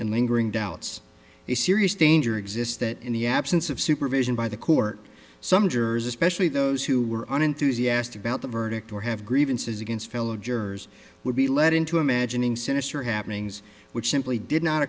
and lingering doubts the serious danger exists that in the absence of supervision by the court some jurors especially those who were on enthusiastic about the verdict or have grievances against fellow jurors would be led into imagining sinister happenings which simply did not